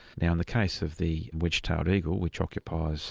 now in the case of the wedged-tailed eagle, which occupies